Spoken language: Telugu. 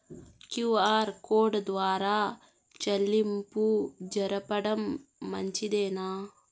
క్యు.ఆర్ కోడ్ ద్వారా చెల్లింపులు జరపడం మంచిదేనా?